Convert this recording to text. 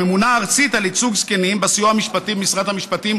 הממונה הארצית על ייצוג זקנים בסיוע המשפטי במשרד המשפטים,